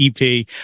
EP